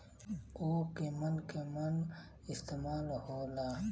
उव केमन केमन इस्तेमाल हो ला?